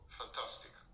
fantastic